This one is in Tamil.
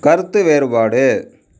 கருத்து வேறுபாடு